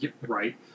right